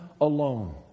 alone